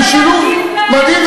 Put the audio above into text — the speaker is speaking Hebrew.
בשילוב מדהים,